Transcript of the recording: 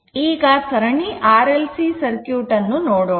ಈಗ ಸರಣಿ R L C circuit ಅನ್ನು ನೋಡೋಣ